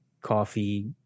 coffee